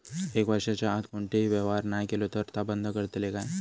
एक वर्षाच्या आत कोणतोही व्यवहार नाय केलो तर ता बंद करतले काय?